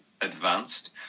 advanced